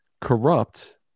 Corrupt